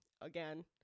Again